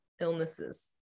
illnesses